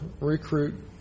recruit